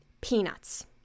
peanuts